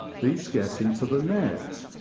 these get into the net,